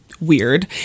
Weird